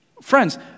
Friends